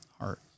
heart